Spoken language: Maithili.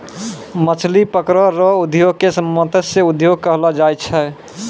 मछली पकड़ै रो उद्योग के मतस्य उद्योग कहलो जाय छै